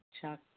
Chuck